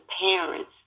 parents